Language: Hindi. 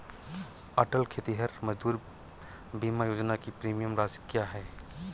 अटल खेतिहर मजदूर बीमा योजना की प्रीमियम राशि क्या है?